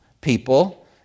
people